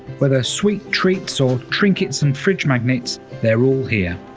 whether sweet treats or trinkets and fridge magnets, they're all here.